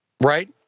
right